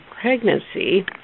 pregnancy